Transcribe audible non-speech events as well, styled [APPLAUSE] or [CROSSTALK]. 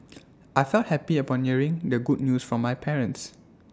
[NOISE] I felt happy upon hearing the good news from my parents